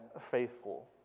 faithful